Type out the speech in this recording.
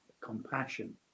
compassion